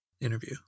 interview